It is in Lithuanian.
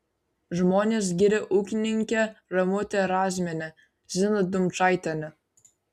žmonės giria ūkininkę ramutę razmienę ziną dumčaitienę